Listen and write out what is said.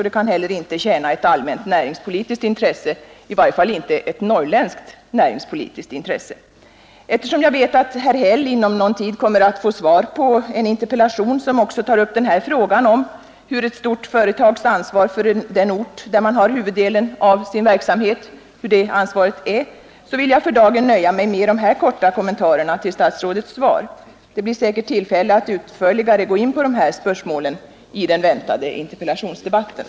Det kan inte heller tjäna ett allmänt näringspolitiskt intresse, i varje fall inte ett norrländskt näringspolitiskt intresse. Eftersom jag vet att herr Häll inom någon tid kommer att få svar på en interpellation som också tar upp den här frågan om ett stort företags ansvar för den ort där man har huvuddelen av sin verksamhet, vill jag för dagen nöja mig med dessa korta kommentarer till statsrådets svar. Det blir säkert tillfälle att utförligare gå in på de här spörsmålen i den väntade interpellationsdebatten.